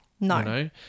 No